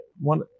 one